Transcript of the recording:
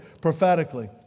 prophetically